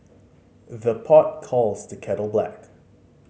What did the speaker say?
the pot calls the kettle black